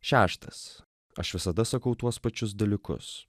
šeštas aš visada sakau tuos pačius dalykus